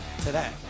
today